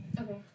Okay